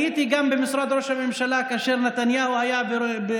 הייתי גם במשרד ראש הממשלה כאשר נתניהו היה.